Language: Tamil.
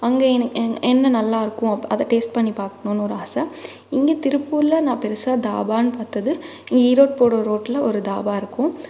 அங்கே எனக்கு என்ன நல்லாயிருக்கும் அப் அதை டேஸ்ட் பண்ணி பார்க்குணுன்னு ஒரு ஆசை இங்கே திருப்பூரில் நான் பெரிசா தாபான்னு பார்த்தது ஈரோடு போகிற ரோட்டில் ஒரு தாபாயிருக்கும்